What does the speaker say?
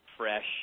Fresh